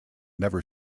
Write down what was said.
never